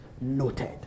noted